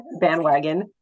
bandwagon